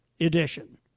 edition